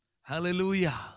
Hallelujah